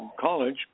college